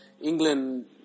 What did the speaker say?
England